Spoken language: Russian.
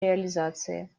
реализации